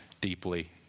deeply